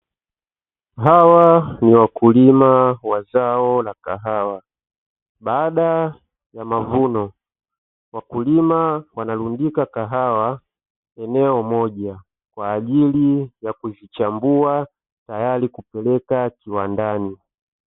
Hawa ni wakulima wa zao la kahawa baada ya mavuno, wakulima wanarundika kahawa sehemu moja kwa ajili ya kuzichambua tayari kupeleka kiwandani.